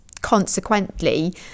consequently